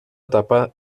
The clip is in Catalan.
etapa